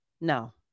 No